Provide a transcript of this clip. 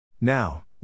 Now